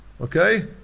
Okay